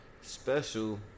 special